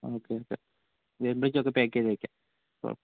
okay okay വരുമ്പോത്തേക്ക് ഒക്കെ എല്ലാം പാക്ക് ചെയ്ത് വെക്കാം